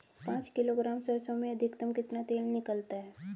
पाँच किलोग्राम सरसों में अधिकतम कितना तेल निकलता है?